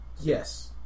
Yes